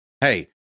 Hey